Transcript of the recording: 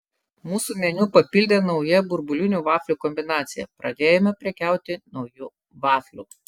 mūsų meniu papildė nauja burbulinių vaflių kombinacija pradėjome prekiauti nauju vafliu